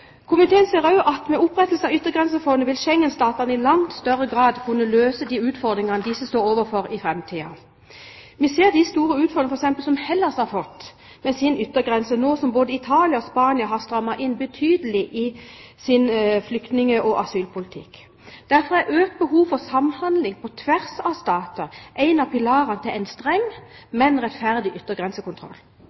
Komiteen ser også at med opprettelse av Yttergrensefondet vil Schengen-statene i langt større grad kunne løse de utfordringene disse står overfor i framtiden. Vi ser de store utfordringene som f.eks. Hellas har fått med sin yttergrense, nå som både Italia og Spania har strammet inn betydelig sin flyktning- og asylpolitikk. Derfor er økt behov for samhandling på tvers av stater en av pilarene til en streng, men rettferdig yttergrensekontroll.